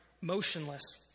motionless